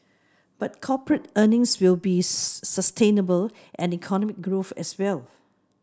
but corporate earnings will be sustainable and economic growth as well